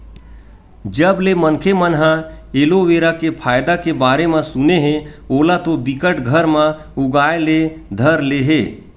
जब ले मनखे मन ह एलोवेरा के फायदा के बारे म सुने हे ओला तो बिकट घर म उगाय ले धर ले हे